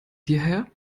hierher